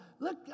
Look